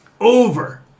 over